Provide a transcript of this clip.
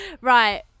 Right